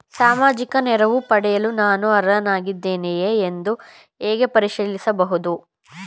ಸಾಮಾಜಿಕ ನೆರವು ಪಡೆಯಲು ನಾನು ಅರ್ಹನಾಗಿದ್ದೇನೆಯೇ ಎಂದು ಹೇಗೆ ಪರಿಶೀಲಿಸಬಹುದು?